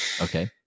Okay